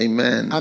Amen